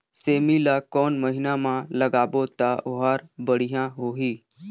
सेमी ला कोन महीना मा लगाबो ता ओहार बढ़िया होही?